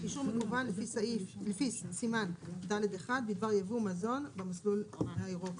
אישור מקוון לפי סימן ד'1 בדבר ייבוא מזון במסלול האירופי,"